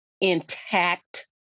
intact